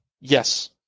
Yes